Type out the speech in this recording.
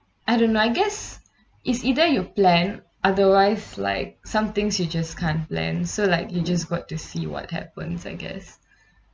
I don't know I guess it's either you plan otherwise like some things you just can't land so like you just got to see what happens I guess